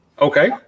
Okay